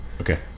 okay